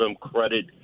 credit